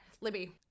Libby